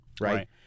Right